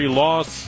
loss